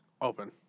open